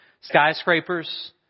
skyscrapers